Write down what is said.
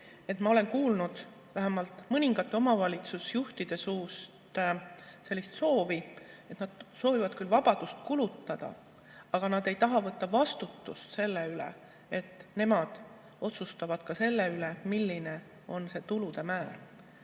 ma olen kuulnud vähemalt mõnede omavalitsusjuhtide suust sellist soovi, et nad tahavad küll vabadust kulutada, aga nad ei taha võtta vastutust selle eest, et nemad otsustavad ka selle üle, milline on tulude määr.